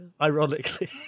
Ironically